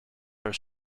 are